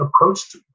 approached